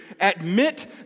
admit